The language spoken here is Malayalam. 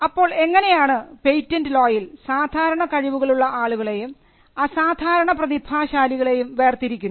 അപ്പോൾ എങ്ങനെയാണ് പേറ്റന്റ് ലോയിൽ സാധാരണ കഴിവുകളുള്ള ആളുകളെയും അസാധാരണ പ്രതിഭാശാലികളും വേർതിരിക്കുന്നത്